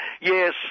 Yes